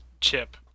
chip